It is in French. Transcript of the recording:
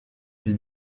ils